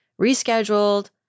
rescheduled